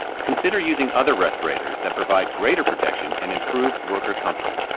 consider using other respirators that provide greater protection and improve worker comfort.